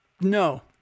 No